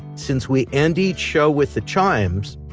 since we and each show with the chimes,